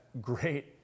great